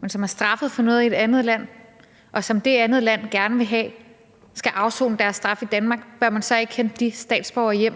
men som er straffet for noget i et andet land, og som det andet land gerne vil have skal afsone deres straf i Danmark, hjem for at